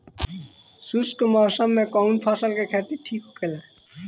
शुष्क मौसम में कउन फसल के खेती ठीक होखेला?